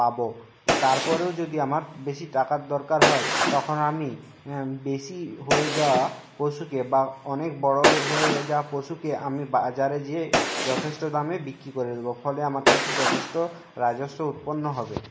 পাব তারপরও যদি আমার বেশি টাকার দরকার হয় তখন আমি বেশি হয়ে যাওয়া পশুকে বা অনেক বড়ো হয়ে যাওয়া পশুকে আমি বাজারে যেয়ে যথেষ্ট দামে বিক্রি করে দেব ফলে আমার কাছে যথেষ্ট রাজস্ব উৎপন্ন হবে